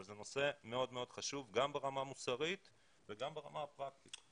אבל זה נושא מאוד מאוד חשוב גם ברמה המוסרית וגם ברמה הפרקטית.